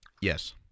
yes